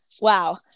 wow